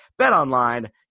Betonline